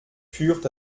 furent